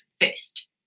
first